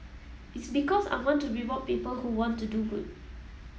it's because I want to reward people who want to do good